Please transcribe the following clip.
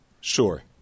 Sure